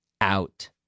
out